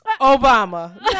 Obama